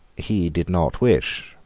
he did not wish,